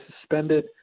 suspended